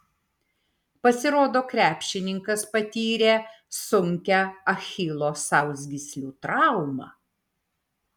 pasirodo krepšininkas patyrė sunkią achilo sausgyslių traumą